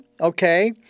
okay